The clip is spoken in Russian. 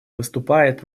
выступает